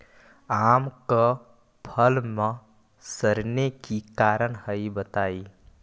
आम क फल म सरने कि कारण हई बताई?